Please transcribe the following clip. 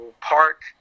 park